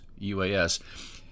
UAS